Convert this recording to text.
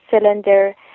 cylinder